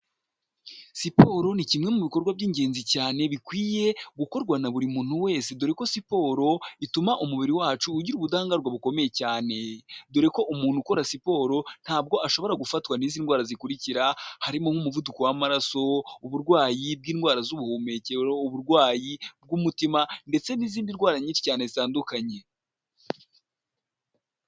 Siporo ni kimwe mu bikorwa by'ingenzi cyane bikwiye gukorwa na buri muntu wese, dore ko siporo ituma umubiri wacu ugira ubudahangarwa bukomeye cyane, dore ko umuntu ukora siporo ntabwo ashobora gufatwa n'izi ndwara zikurikira harimo nk’umuvuduko w'amaraso, uburwayi bw'indwara z'ubuhumekero, uburwayi bw'umutima ndetse n'izindi ndwara nyinshi cyane zitandukanye.